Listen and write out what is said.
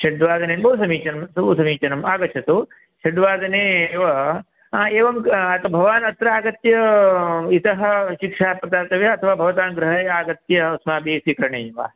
षड्वादने बहुसमीचीनं बहुसमीचीनम् आगच्छतु षड्वादने एव आ एवं तो भवान् अत्र आगत्य इतः शिक्षा प्रदातव्या अथवा भवतां गृहे आगत्य अस्माभिः स्वीकरणीयं वा